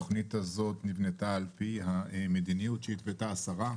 התוכנית הזאת נבנתה על פי המדיניות שהתוותה השרה,